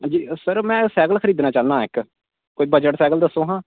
sir में cycle खरीदना चाह्नां इक्क कोई बजट साईकिल दस्सो आं